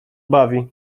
bawi